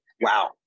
wow